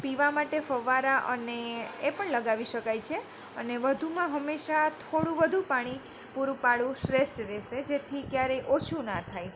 પીવા માટે ફવારા અને એ પણ લગાવી શકાય છે અને વધુમાં હંમેશા થોડું વધુ પાણી પૂરું પાડવું શ્રેષ્ઠ રહેશે જેથી ક્યારેય ઓછું ના થાય